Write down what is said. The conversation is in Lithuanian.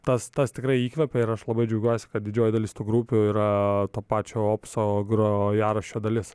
tas tas tikrai įkvepia ir aš labai džiaugiuosi kad didžioji dalis tų grupių yra to pačio opuso grojaraščio dalis